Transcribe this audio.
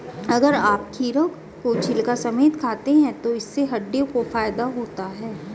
अगर आप खीरा को छिलका समेत खाते हैं तो इससे हड्डियों को फायदा होता है